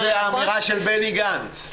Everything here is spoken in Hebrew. זו אמירה של בני גנץ.